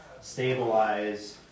stabilize